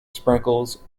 sprinkles